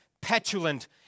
petulant